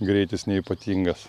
greitis neypatingas